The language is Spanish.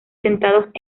sentados